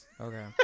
Okay